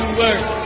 work